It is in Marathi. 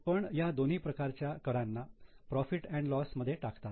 पण ह्या दोन्ही प्रकारच्या करांना profit and loss profit loss मध्ये टाकतात